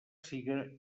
siga